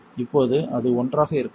இப்போது அது ஒன்றாக இருக்கலாம்